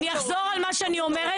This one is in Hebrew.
אני אחזור על מה שאני אומרת.